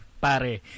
pare